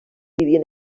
vivien